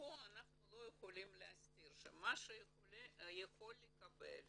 ופה אנחנו לא יכולים להסתיר שמה שיכול לקבל